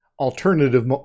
alternative